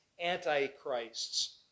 antichrists